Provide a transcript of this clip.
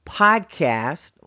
podcast